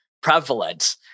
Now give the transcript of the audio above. prevalent